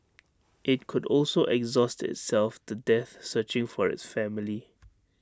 IT could also exhaust itself to death searching for its family